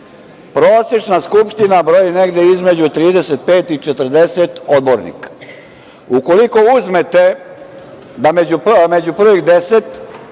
Prosečna skupština broji negde između 35 i 40 odbornika. Ukoliko uzmete da među prvih 10,